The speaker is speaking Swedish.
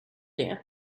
det